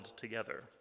together